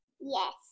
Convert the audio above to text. Yes